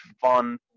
fun